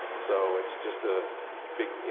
so it's just a big,